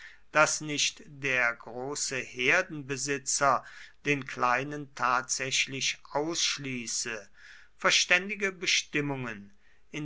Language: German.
daß nicht der große herdenbesitzer den kleinen tatsächlich ausschließe verständige bestimmungen